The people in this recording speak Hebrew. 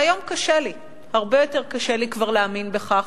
והיום קשה לי, הרבה יותר קשה לי כבר להאמין בכך,